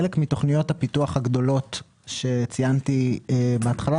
בחלק מתוכניות הפיתוח הגדולות שציינתי בהתחלה,